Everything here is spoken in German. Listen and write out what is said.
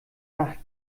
nacht